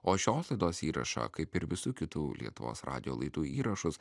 o šios laidos įrašą kaip ir visų kitų lietuvos radijo laidų įrašus